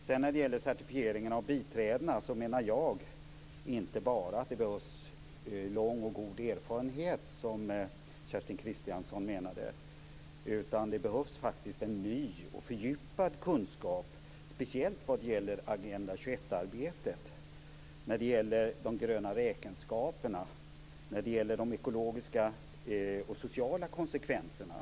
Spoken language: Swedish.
När det sedan gäller certifieringen av biträdena menar jag att det inte bara behövs lång och god erfarenhet, som Kerstin Kristiansson menade, utan det behövs faktiskt också en ny och fördjupad kunskap, speciellt vad gäller Agenda 21-arbetet, de gröna räkenskaperna och de ekologiska och sociala konsekvenserna.